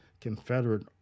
Confederate